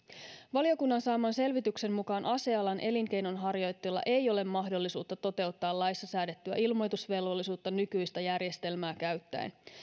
valiokunnan saaman selvityksen mukaan asealan elinkeinonharjoittajilla ei ole mahdollisuutta toteuttaa laissa säädettyä ilmoitusvelvollisuutta nykyistä järjestelmää käyttäen